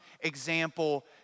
example